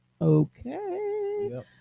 okay